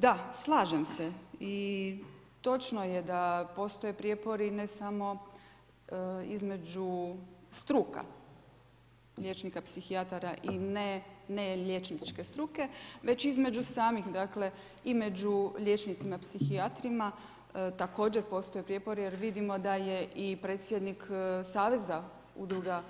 Da, slažem se i točno je da postoje prijepori, ne samo između struka, liječnika psihijatara i ne liječničke struke, već između samih, dakle, i među liječnicima psihijatrima, također postoje prijepori, jer vidimo da je i predsjednik saveza udruga